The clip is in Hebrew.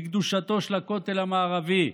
בקדושתו של הכותל המערבי,